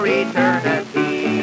eternity